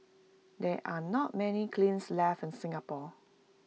there are not many kilns left in Singapore